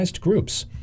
Groups